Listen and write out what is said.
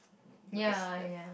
because that